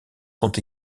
sont